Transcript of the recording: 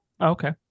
okay